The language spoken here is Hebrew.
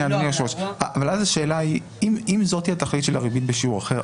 זאת התכלית של הריבית בשיעור אחר,